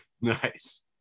Nice